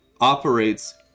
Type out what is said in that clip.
operates